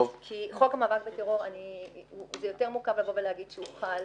כי בחוק המאבק בטרור זה יותר מורכב להגיד שהוא חל